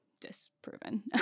disproven